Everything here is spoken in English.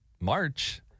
March